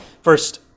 first